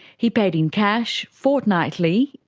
he paid in cash fortnightly,